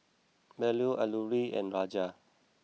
Bellur Alluri and Raja